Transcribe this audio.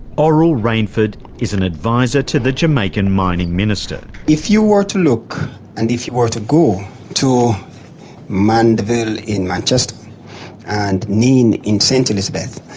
oral rainford is an advisor to the jamaican mining minister. if you were to look and if you were to go to mandeville in manchester and nain in st elizabeth,